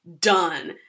done